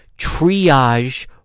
triage